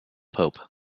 pope